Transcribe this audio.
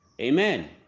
amen